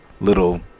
little